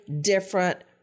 different